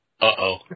uh-oh